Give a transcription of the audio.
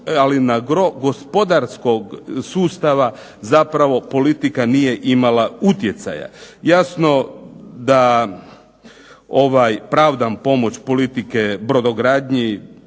ali na gro gospodarskog sustava zapravo politika nije imala utjecaja. Jasno da pravdam pomoć politike brodogradnji,